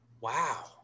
wow